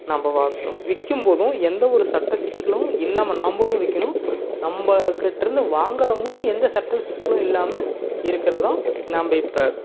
நம்ம வாங்கணும் விற்கிம்போதும் எந்த ஒரு சட்டச் சிக்கலும் இல்லாமல் நாம்மளும் விற்கிணும் நம்ம கிட்டேருந்து வாங்குறவங்களும் எந்த சட்டச் சிக்கலும் இல்லாமல் இருக்கிறதான் நாம்ம இப்போ